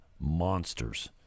monsters